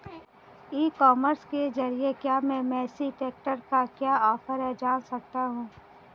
ई commerce के ज़रिए क्या मैं मेसी ट्रैक्टर का क्या ऑफर है जान सकता हूँ?